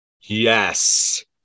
yes